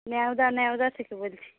নওদা নওদা থেকে বলছি